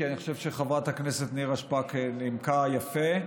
כי אני חושב שחברת הכנסת נירה שפק נימקה יפה.